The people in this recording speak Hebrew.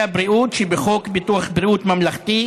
הבריאות שבחוק ביטוח בריאות ממלכתי,